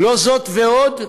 זאת ועוד,